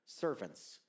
servants